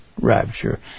rapture